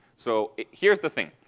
so here's the thing.